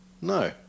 No